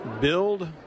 build